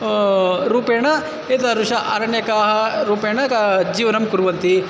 रूपेण एतादृशः अरण्यकाः रूपेण का जीवनं कुर्वन्ति